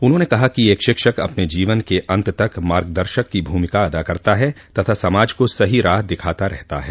उन्होंने कहा कि एक शिक्षक अपने जीवन के अन्त तक मार्गदशक की भूमिका अदा करता है तथा समाज को सही राह दिखाता रहता है